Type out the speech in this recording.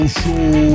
show